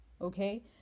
Okay